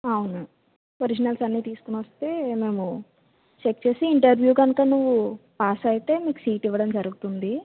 అవును ఒరిజినల్స్ అని తీసుకుని వస్తే మేము చెక్ చేసి ఇంటర్వ్యూ కనుక నువ్వు పాస్ అయితే నీకు సీట్ ఇవ్వడం జరుగుతుంది